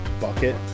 bucket